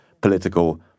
political